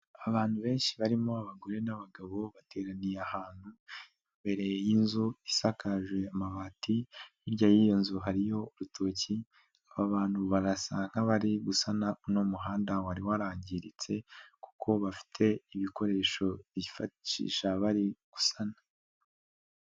Abantu benshi barimo abagore n'abagabo, bateraniye ahantu, imbere y'inzu isakaje amabati, hirya y'iyo nzu hariyo urutoki, aba bantu barasa nk'abari gusana uno muhanda wari warangiritse kuko bafite ibikoresho bifashisha bari gusana.